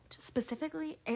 specifically